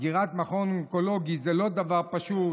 סגירת מכון אונקולוגי זה לא דבר פשוט.